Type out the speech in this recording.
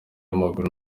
amaguru